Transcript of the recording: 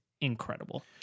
incredible